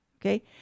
okay